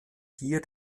hier